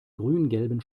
grüngelben